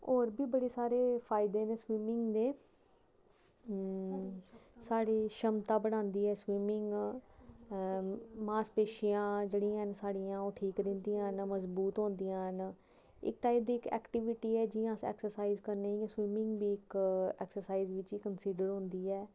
होर बी बड़े सारे फैदे न स्विमिंग दे साढ़ी क्षमता बधांदी ऐ स्विमिंग मासपेशियां जेहड़ियां न साढ़ियां ओह् ठीक रौंह्दियां न मजबूत होंदियां न इक टाइप दी इक ऐक्टीविटी ऐ जि'यां अस ऐक्सरसाइज करने इ'यां गै स्विमिंग बी इक एक्सरसाइज च गै कनसिडर होंदी ऐ